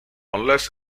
unless